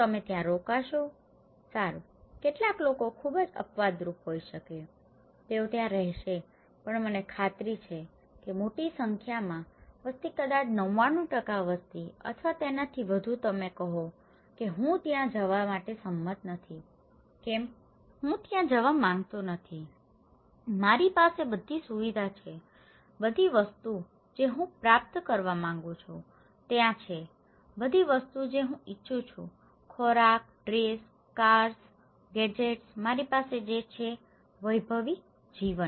તમે ત્યાં રોકાશો સારું કેટલાક લોકો ખૂબ જ અપવાદરૂપ હોઈ શકે છે તેઓ ત્યાં રહેશે પણ મને ખાતરી છે કે મોટી સંખ્યામાં વસ્તી કદાચ 99 વસ્તી અથવા તેનાથી વધુ તમે કહો છો કે હું ત્યાં જવા માટે સંમત નથી કેમ હું ત્યાં જવા માંગતો નથી મારી પાસે બધી સુવિધાઓ છે બધી વસ્તુઓ જે હું પ્રાપ્ત કરવા માંગુ છું ત્યાં છે બધી વસ્તુઓ જે હું ઇચ્છું છું બધા ખોરાક બધા ડ્રેસ બધી કાર ગેજેટ્સ મારી પાસે જે છે વૈભવી જીવન